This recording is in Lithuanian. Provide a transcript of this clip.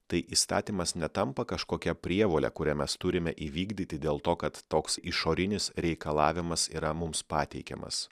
tai įstatymas netampa kažkokia prievole kurią mes turime įvykdyti dėl to kad toks išorinis reikalavimas yra mums pateikiamas